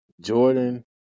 Jordan